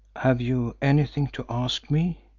have you anything to ask me?